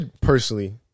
personally